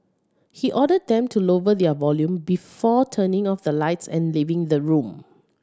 he ordered them to lower their volume before turning off the lights and leaving the room